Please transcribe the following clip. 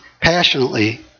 passionately